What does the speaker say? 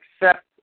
accept